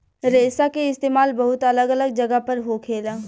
रेशा के इस्तेमाल बहुत अलग अलग जगह पर होखेला